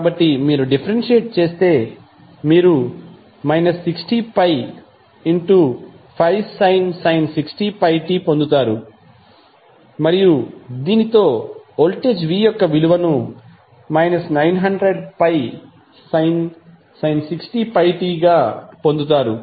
కాబట్టి మీరు డిఫరెన్షియేట్ చేస్తే మీరు 60π5sin 60πt పొందుతారు మరియు దీనితో మీరు వోల్టేజ్ v యొక్క విలువను 900πsin 60πt గా పొందుతారు